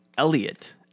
Elliot